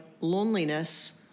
loneliness